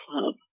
club